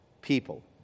people